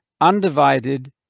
undivided